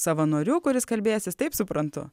savanoriu kuris kalbėsis taip suprantu